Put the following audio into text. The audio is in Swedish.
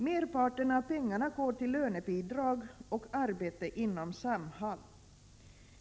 Merparten av pengarna går till lönebidrag och arbete inom Samhall.